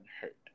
hurt